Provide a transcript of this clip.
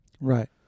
Right